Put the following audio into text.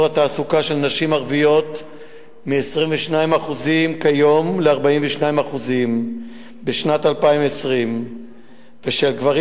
התעסוקה של נשים ערביות מ-22% כיום ל-42% בשנת 2020 ושל גברים